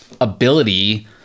ability